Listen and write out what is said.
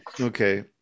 okay